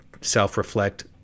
self-reflect